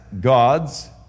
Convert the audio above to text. gods